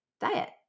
diet